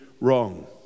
wrong